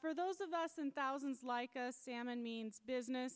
for those of us and thousands like a salmon means business